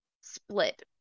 split